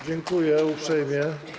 Dziękuję uprzejmie.